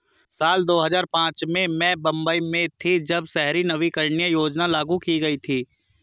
साल दो हज़ार पांच में मैं मुम्बई में थी, जब शहरी नवीकरणीय योजना लागू की गई थी